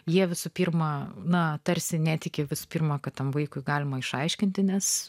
jie visų pirma na tarsi netiki visų pirma kad tam vaikui galima išaiškinti nes